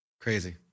Crazy